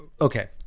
Okay